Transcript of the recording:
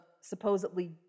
supposedly